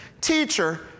Teacher